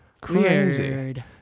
Crazy